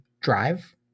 drive